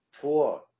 Four